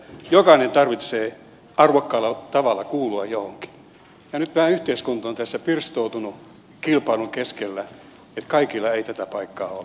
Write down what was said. jokaisen tarvitsee arvokkaalla tavalla kuulua johonkin ja nyt tämä yhteiskunta on tässä pirstoutunut kilpailun keskellä niin että kaikilla ei tätä paikkaa ole